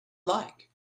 like